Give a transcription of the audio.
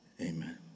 Amen